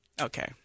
Okay